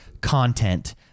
content